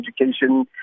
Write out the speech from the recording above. Education